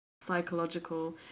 Psychological